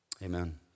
Amen